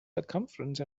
circumference